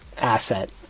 asset